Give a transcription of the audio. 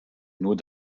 nur